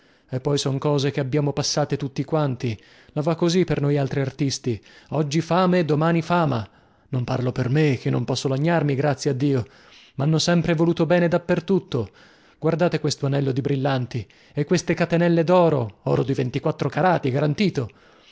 e poi son cose che abbiamo passate tutti quanti la va così per noi altri artisti oggi fame domani fama non parlo per me chè non posso lagnarmi grazie a dio mhanno sempre voluto bene da per tutto guardate questo anello di brillanti e queste catenelle doro oro di ventiquattro carati garantito